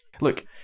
Look